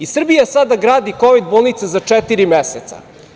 Srbija sada gradi kovid-bolnice za četiri meseca.